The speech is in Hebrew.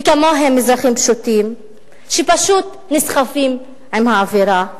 וכמוהם אזרחים פשוטים שפשוט נסחפים עם האווירה.